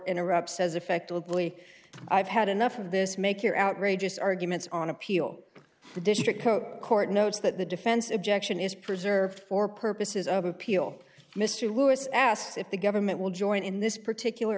interrupts says effectively i've had enough of this make your outrageous arguments on appeal the district court notes that the defense objection is preserved for purposes of appeal mr lewis asks if the government will join in this particular